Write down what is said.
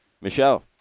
Michelle